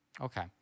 Okay